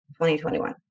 2021